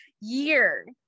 year